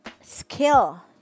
skill